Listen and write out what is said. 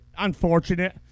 unfortunate